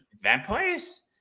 Vampires